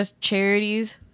charities